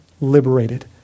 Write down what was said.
liberated